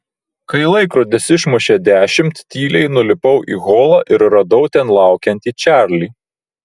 kai laikrodis išmušė dešimt tyliai nulipau į holą ir radau ten laukiantį čarlį